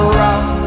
rock